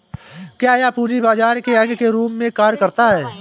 क्या यह पूंजी बाजार के अंग के रूप में कार्य करता है?